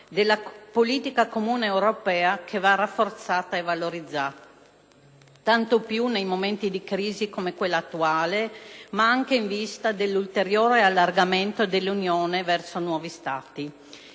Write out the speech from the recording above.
della politica comune europea, che va rafforzata e valorizzata, tanto più nei momenti di crisi, come quella attuale, ma anche in vista dell'allargamento dell'Unione verso nuovi Stati.